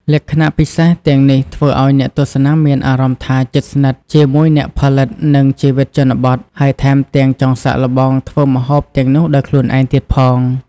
លក្ខណៈពិសេសទាំងនេះធ្វើឲ្យអ្នកទស្សនាមានអារម្មណ៍ថា ជិតស្និទ្ធ ជាមួយអ្នកផលិត និងជីវិតជនបទ ហើយថែមទាំង ចង់សាកល្បង ធ្វើម្ហូបទាំងនោះដោយខ្លួនឯងទៀតផង។